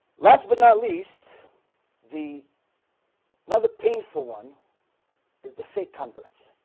last but not least the another painful one is the fake converts